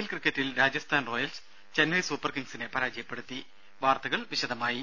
L ക്രിക്കറ്റിൽ Rajasthan Royals Chennai super കിംഗ്സിനെ പരാജയപ്പെടുത്തി വാർത്തകൾ വിശദമായി